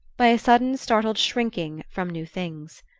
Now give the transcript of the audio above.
by a sudden startled shrinking from new things.